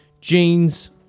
jeans